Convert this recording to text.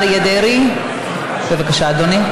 עושה למענם.